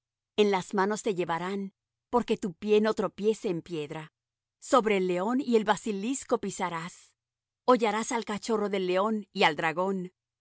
en las manos te llevarán porque tu pie no tropiece en piedra sobre el león y el basilisco pisarás hollarás al cachorro del león y al dragón